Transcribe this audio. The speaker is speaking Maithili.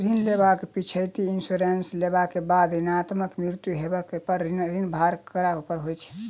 ऋण लेबाक पिछैती इन्सुरेंस लेबाक बाद ऋणकर्ताक मृत्यु होबय पर ऋणक भार ककरा पर होइत?